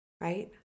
Right